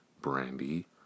Brandy